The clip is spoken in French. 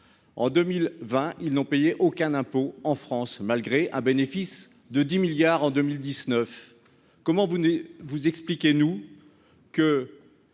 en 2020, ils n'ont payé aucun impôt en France malgré un bénéfice de 10 milliards en 2019 comment vous venez vous expliquez-nous que